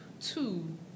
two